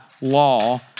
law